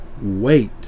wait